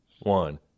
One